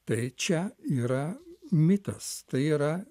tai čia yra mitas tai yra